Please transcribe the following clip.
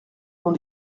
dans